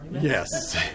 yes